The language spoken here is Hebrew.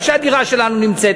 איפה שהדירה שלנו נמצאת,